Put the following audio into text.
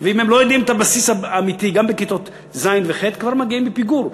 ואם הם לא יודעים את הבסיס האמיתי גם בכיתות ז' וח' מגיעים לפיגור.